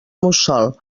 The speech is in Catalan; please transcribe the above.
mussol